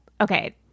Okay